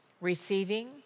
receiving